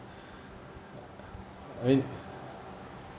I mean